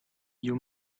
you